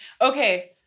okay